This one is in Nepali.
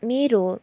मेरो